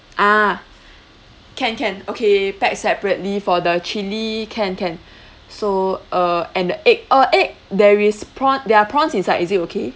ah can can okay pack separately for the chilli can can so uh and the egg uh egg there is prawn there are prawns inside is it okay